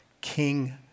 king